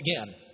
again